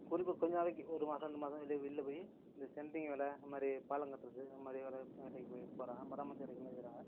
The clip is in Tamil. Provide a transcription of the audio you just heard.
குறிப்பாக கொஞ்சம் நாளைக்கு ஒரு மாசம் ரெண்டு மாசம் அப்டியே வெளில போய் இந்த சென்ட்டிங் வேலை அந்த மாதிரி பாலம் கட்டுறது அந்த மாதிரி வேலை போய் போகிறாங்க மராமத்து வேலைகள்லாம் செய்கிறாங்க